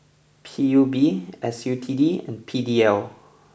P U B S U T D and P D L